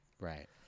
Right